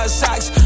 socks